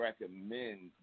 recommend